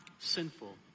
sinful